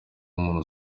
nk’umuntu